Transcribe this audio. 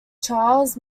charles